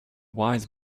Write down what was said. wise